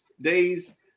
days